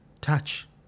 Touch